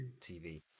TV